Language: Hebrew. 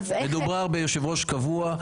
מדובר ביושב-ראש קבוע,